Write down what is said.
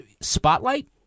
Spotlight